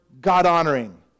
God-honoring